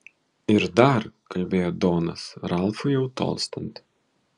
ir dar kalbėjo donas ralfui jau tolstant